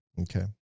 Okay